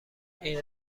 این